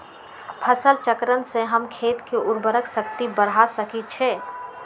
फसल चक्रण से हम खेत के उर्वरक शक्ति बढ़ा सकैछि?